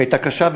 שהייתה קשה,